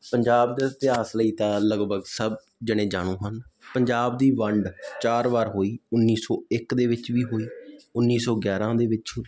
ਪੰਜਾਬ ਦੇ ਇਤਿਹਾਸ ਲਈ ਤਾਂ ਲਗਭਗ ਸਭ ਜਣੇ ਜਾਣੂ ਹਨ ਪੰਜਾਬ ਦੀ ਵੰਡ ਚਾਰ ਵਾਰ ਹੋਈ ਉੱਨੀ ਸੌ ਇੱਕ ਦੇ ਵਿੱਚ ਵੀ ਹੋਈ ਉੱਨੀ ਸੌ ਗਿਆਰ੍ਹਾਂ ਦੇ ਵਿੱਚ